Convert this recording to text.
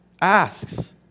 asks